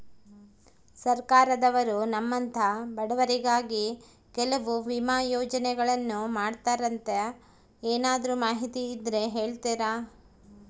ಸರ್ಕಾರದವರು ನಮ್ಮಂಥ ಬಡವರಿಗಾಗಿ ಕೆಲವು ವಿಮಾ ಯೋಜನೆಗಳನ್ನ ಮಾಡ್ತಾರಂತೆ ಏನಾದರೂ ಮಾಹಿತಿ ಇದ್ದರೆ ಹೇಳ್ತೇರಾ?